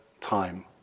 time